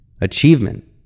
achievement